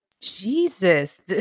Jesus